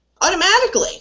automatically